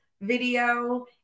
video